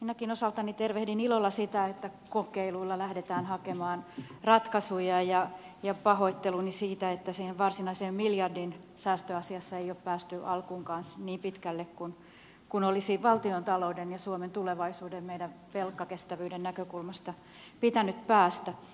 minäkin osaltani tervehdin ilolla sitä että kokeiluilla lähdetään hakemaan ratkaisuja ja pahoittelen sitä että siinä varsinaisessa miljardin säästöasiassa ei ole päästy alkuunkaan niin pitkälle kuin olisi valtiontalouden ja suomen tulevaisuuden meidän velkakestävyytemme näkökulmasta pitänyt päästä